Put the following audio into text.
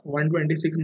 126